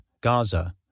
Gaza